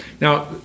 Now